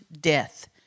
death